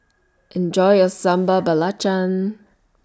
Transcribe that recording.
Enjoy your Sambal Belacan